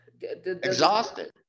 Exhausted